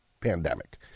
pandemic